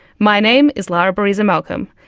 my name is lara bereza-malcolm,